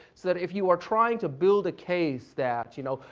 so that if you are trying to build a case that, you know,